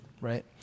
right